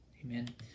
Amen